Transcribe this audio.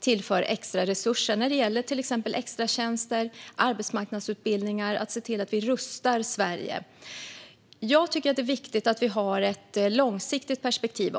tillskjuta extra resurser till exempelvis extratjänster och arbetsmarknadsutbildningar. Vi ser till att rusta Sverige. Det är viktigt att ha ett långsiktigt perspektiv.